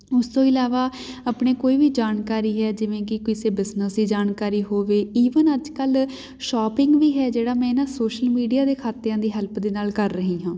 ਉਸ ਤੋਂ ਇਲਾਵਾ ਆਪਣੇ ਕੋਈ ਵੀ ਜਾਣਕਾਰੀ ਹੈ ਜਿਵੇਂ ਕਿ ਕਿਸੇ ਬਿਜ਼ਨਸ ਦੀ ਜਾਣਕਾਰੀ ਹੋਵੇ ਈਵਨ ਅੱਜ ਕੱਲ੍ਹ ਸ਼ੋਪਿੰਗ ਵੀ ਹੈ ਜਿਹੜਾ ਮੈਂ ਨਾ ਸੋਸ਼ਲ ਮੀਡੀਆ ਦੇ ਖਾਤਿਆਂ ਦੀ ਹੈਲਪ ਦੇ ਨਾਲ ਕਰ ਰਹੀ ਹਾਂ